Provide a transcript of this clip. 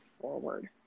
forward